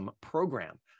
program